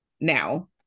Now